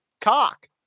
cock